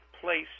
place